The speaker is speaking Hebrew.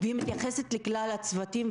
והיא מתייחסת לכלל הצוותים,